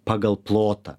pagal plotą